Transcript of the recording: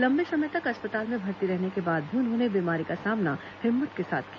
लंबे समय तक अस्पताल में भर्ती रहने के बाद भी उन्होंने बीमारी का सामना हिम्मत के साथ किया